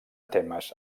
temes